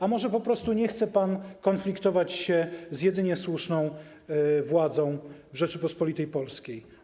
A może po prostu nie chce pan konfliktować się z jedynie słuszną władzą Rzeczypospolitej Polskiej?